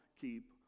keep